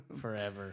Forever